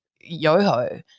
Yoho